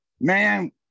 man